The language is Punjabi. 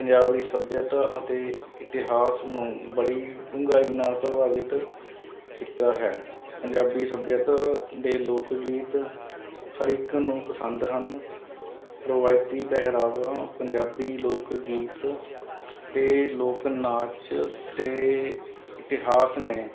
ਪੰਜਾਬ ਦੀ ਸੱਭਿਅਤਾ ਅਤੇ ਇਤਿਹਾਸ ਨੂੰ ਬੜੀ ਡੂੰਘਾਈ ਨਾਲ਼ ਪ੍ਰਭਾਵਿਤ ਕੀਤਾ ਹੈ ਪੰਜਾਬੀ ਸੱਭਿਅਤਾ ਦੇ ਲੋਕ ਗੀਤ ਹਰ ਇੱਕ ਨੂੰ ਪਸੰਦ ਹਨ ਰਵਾਇਤੀ ਪਹਿਰਾਵਾ ਪੰਜਾਬੀ ਲੋਕ ਗੀਤ ਅਤੇ ਲੋਕ ਨਾਚ ਅਤੇ ਇਤਿਹਾਸ ਨੇ